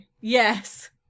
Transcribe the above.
Yes